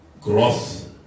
growth